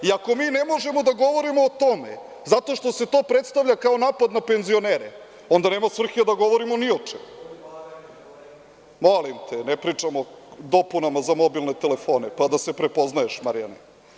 Ako mi ne možemo da govorimo o tome zato što se to predstavlja kao napad na penzionere, onda nema svrhe da govorimo ni o čemu, ne pričamo o dopunama za mobilni, pa da se prepoznaješ Marijane…